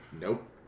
Nope